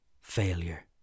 Failure